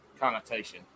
connotation